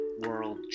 world